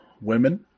women